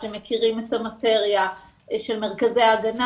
שמכירים את המטריה של מרכזי הגנה.